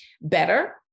better